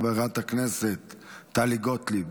חברת הכנסת טלי גוטליב,